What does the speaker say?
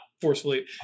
forcefully